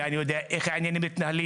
לא,